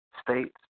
states